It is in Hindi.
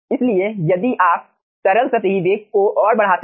इसलिए यदि आप तरल सतही वेग को और बढ़ाते हैं